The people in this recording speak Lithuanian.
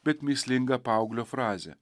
bet mįslingą paauglio frazę